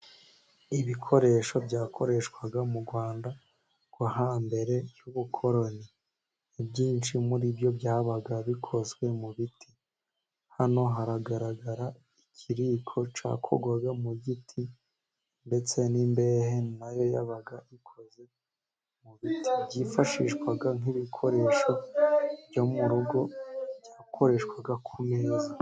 Ibikoresho byakoreshwa mu rwanda rwo hambere y'ubukoroni ibyinshi muri byo byaba bikozwe mu biti, hano haragaragara ikiriko cyakorwagwaga mu giti ndetse n'imbehe nayo yaba ikoze mu biti byifashishwaga nk'ibikoresho byo mu rugo byakoreshwaga ku meza.